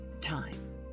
time